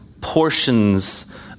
portions